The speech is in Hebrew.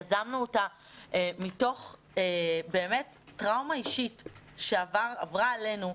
יזמנו את הצעת החוק מתוך טראומה אישית שעברה עלינו,